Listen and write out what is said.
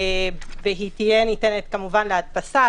והיא תהיה ניתנת להדפסה,